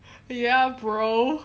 ya bro